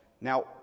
Now